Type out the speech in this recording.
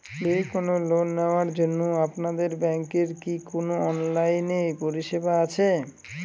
যে কোন লোন নেওয়ার জন্য আপনাদের ব্যাঙ্কের কি কোন অনলাইনে পরিষেবা আছে?